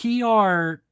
PR